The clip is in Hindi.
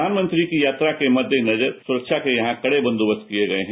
प्रधानमंत्री की यात्रा के मद्देनजर यहां सुरक्षा के कड़े बंदोबस्त किए गए हैं